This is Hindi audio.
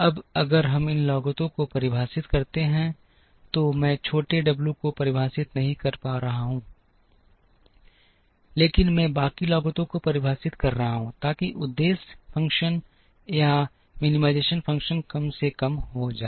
अब अगर हम इन लागतों को परिभाषित करते हैं तो मैं छोटे w को परिभाषित नहीं कर रहा हूं लेकिन मैं बाकी लागतों को परिभाषित कर रहा हूं ताकि उद्देश्य फ़ंक्शन या न्यूनतमकरण फ़ंक्शन कम से कम हो जाए